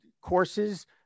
courses